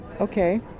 Okay